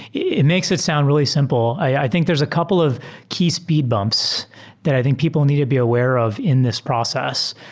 it makes it sound really simple. i think there's a couple of key speed bumps that i think people need to be aware of in this process.